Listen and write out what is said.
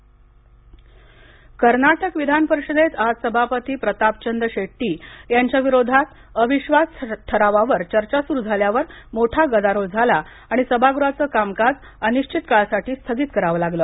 कर्नाटक कर्नाटक विधानपरिषदेत आज सभापती प्रतापचंद शेट्टी यांच्या विरोधात अविश्वास ठरावावर चर्चा सुरू झाल्यावर मोठा गदारोळ झाला आणि सभागृहाच कामकाज अनिश्वित काळासाठी स्थगित करावं लागलं